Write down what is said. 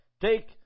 Take